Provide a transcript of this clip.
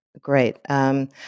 Great